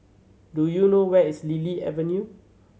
do you know where is Lily Avenue